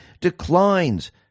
declines